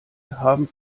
haben